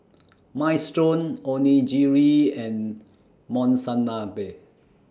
Minestrone Onigiri and Monsunabe